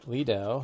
Lido